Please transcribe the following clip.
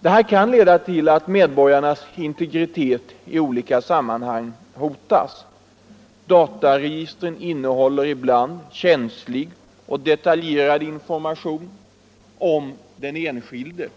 Detta kan leda till att medborgarnas integritet i olika sammanhang hotas. Dataregistren innehåller ibland känslig och detaljerad information om den enskilde.